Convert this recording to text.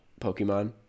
Pokemon